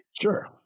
Sure